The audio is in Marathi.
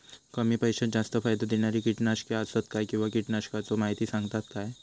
कमी पैशात जास्त फायदो दिणारी किटकनाशके आसत काय किंवा कीटकनाशकाचो माहिती सांगतात काय?